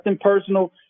personal